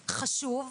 חשוב,